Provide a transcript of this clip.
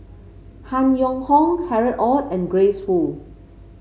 Han Yong Hong Harry Ord and Grace Fu